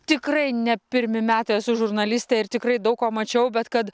tikrai ne pirmi metai esu žurnalistė ir tikrai daug ko mačiau bet kad